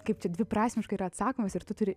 kaip čia dviprasmiškai yra atsakomas ir tu turi